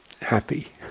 happy